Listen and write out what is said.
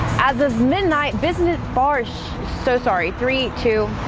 as of midnight business farce. so sorry, three, two,